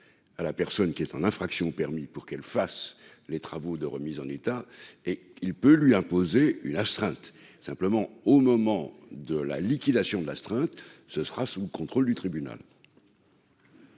à la personne qui est en infraction permis pour qu'elle fasse les travaux de remise en état et il peut lui imposer une astreinte simplement au moment de la liquidation de l'astreinte, ce sera sous contrôle du tribunal.